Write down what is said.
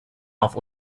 auf